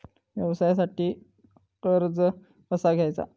व्यवसायासाठी कर्ज कसा घ्यायचा?